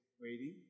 waiting